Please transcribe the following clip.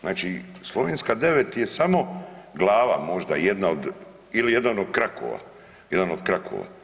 Znači Slovenska 9 je samo glava možda jedna od ili jedan od krakova, jedan od krakova.